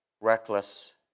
reckless